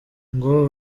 ngo